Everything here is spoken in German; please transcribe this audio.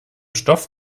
stoff